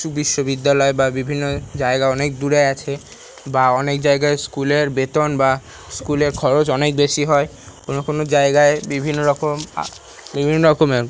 বিশ্ববিদ্যালয় বা বিভিন্ন জায়গা অনেক দূরে আছে বা অনেক জায়গায় স্কুলের বেতন বা স্কুলের খরচ অনেক বেশি হয় কোনও কোনও জায়গায় বিভিন্ন রকম বিভিন্ন রকমের